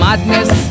Madness